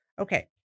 Okay